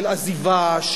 של עזיבה,